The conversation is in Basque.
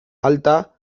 alta